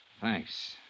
Thanks